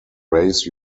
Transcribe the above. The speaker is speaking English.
raise